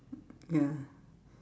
ya